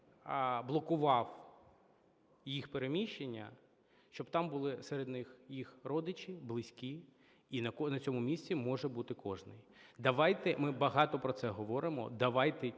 блокував їх переміщення, щоб там були серед них їх родичі, близькі, і на цьому місці може бути кожний. Давайте, ми багато про це говоримо, давайте